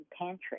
pantry